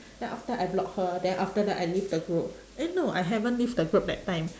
then after I block her then after that I leave the group eh no I haven't leave the group that time